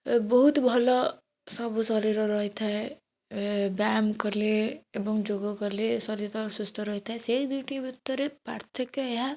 ଅ ବହୁତ ଭଲ ସବୁ ଶରୀର ରହିଥାଏ ବ୍ୟାୟାମ କଲେ ଏବଂ ଯୋଗ କଲେ ଶରୀର ସୁସ୍ଥ ରହିଥାଏ ସେଇ ଦୁଇଟି ଭିତରେ ପାର୍ଥକ୍ୟ ଏହା